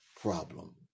problem